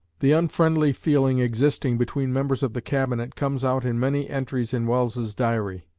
the unfriendly feeling existing between members of the cabinet comes out in many entries in welles's diary.